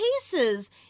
cases